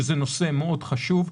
שזה נושא חשוב מאוד,